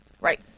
Right